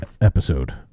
episode